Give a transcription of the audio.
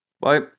bye